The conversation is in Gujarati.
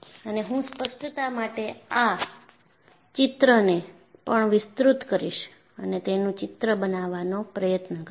અને હું સ્પષ્ટતા માટે આ ચિત્રને પણ વિસ્તૃત કરીશ અને તેનું ચિત્ર બનાવવાનો પ્રયત્ન કરીશ